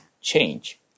change